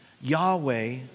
Yahweh